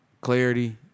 clarity